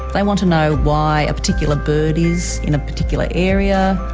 they want to know why a particular bird is in a particular area,